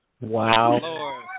Wow